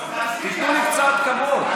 אז תיתנו לי קצת כבוד.